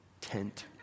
tent